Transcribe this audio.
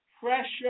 pressure